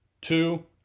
Two